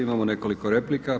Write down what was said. Imamo nekoliko replika.